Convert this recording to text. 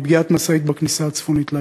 מפגיעת משאית בכניסה הצפונית לעיר.